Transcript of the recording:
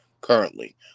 currently